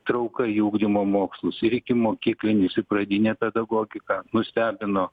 trauka į ugdymo mokslus ir ikimokyklinius ir pradinę pedagogiką nustebino